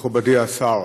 מכובדי השר,